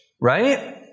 right